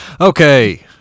Okay